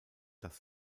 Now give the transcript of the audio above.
das